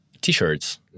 T-shirts